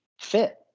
fit